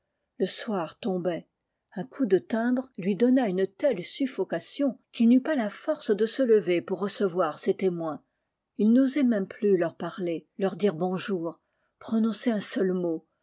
le soir tombait un coup de timbre lui donna une telle suffocation qu'il n'eut pas la force de se lever pour recevoir ses témoins ii n'osait même plus leur parler leur dire bonjour prononcer un seul mot